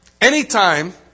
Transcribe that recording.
Anytime